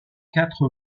quatre